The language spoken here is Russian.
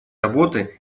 работы